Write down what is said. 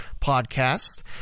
podcast